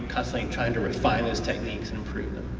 constantly trying to refile those techniques and improve them.